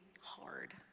hard